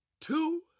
two